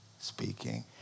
speaking